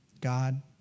God